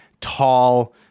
tall